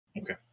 Okay